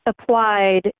applied